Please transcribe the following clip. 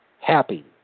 happy